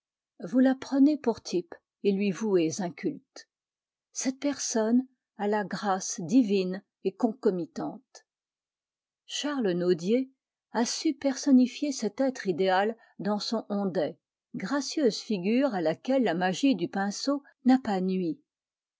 vous la prenez pour type et lui vouez un culte cette personne a la grâce divine et concomitante charles nodier a su personnifier cet être idéal dans son ondet gracieuse figure à laquelle la magie du pinceau n'a pas nui